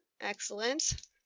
Excellent